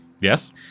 Yes